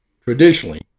Traditionally